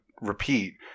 repeat